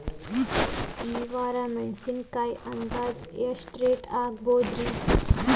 ಈ ವಾರ ಮೆಣಸಿನಕಾಯಿ ಅಂದಾಜ್ ಎಷ್ಟ ರೇಟ್ ಆಗಬಹುದ್ರೇ?